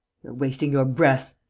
wasting your breath,